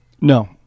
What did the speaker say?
No